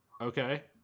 Okay